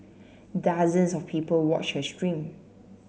dozens of people watched her stream